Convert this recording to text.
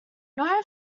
nora